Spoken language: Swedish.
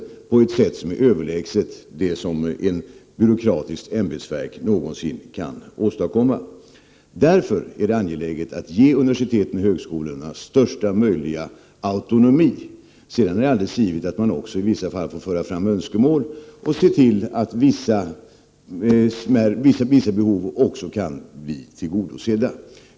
Det är ett sätt som är överlägset vad ett byråkratiskt ämbetsverk någonsin kan åstadkomma. Därför är det angeläget att ge universiteten och högskolorna största möjliga autonomi. Sedan är det givet att man i vissa fall får föra fram önskemål och se till att behov kan bli tillgodosedda.